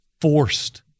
forced